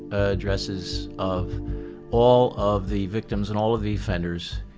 addresses of all of the victims and all of the offenders.